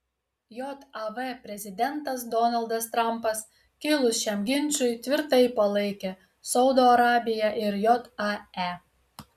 jav prezidentas donaldas trampas kilus šiam ginčui tvirtai palaikė saudo arabiją ir jae